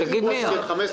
תגיד: 100 מיליון שקל.